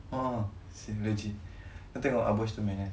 a'ah legit kau tengok ah boys to men kan